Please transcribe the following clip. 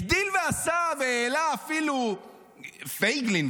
הגדיל ועשה והעלה אפילו פייגלין.